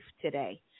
today